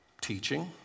teaching